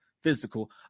physical